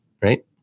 right